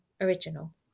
original